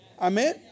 Amen